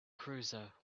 cruiser